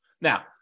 Now